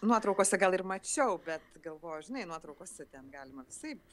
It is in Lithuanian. nuotraukose gal ir mačiau bet galvoju žinai nuotraukose ten galima visaip